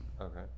Okay